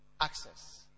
Access